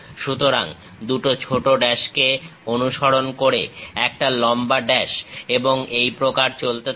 সুতরাং দুটো ছোট ড্যাশকে অনুসরণ করে একটা লম্বা ড্যাশ এবং এই প্রকার চলতে থাকবে